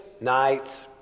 nights